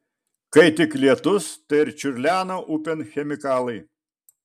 kai tik lietus tai ir čiurlena upėn chemikalai